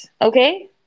okay